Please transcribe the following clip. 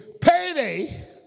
payday